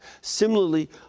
Similarly